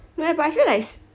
no eh but I feel like s~